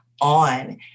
on